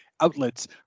outlets